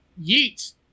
yeet